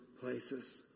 places